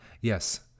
Yes